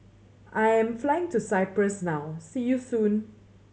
I am flying to Cyprus now see you soon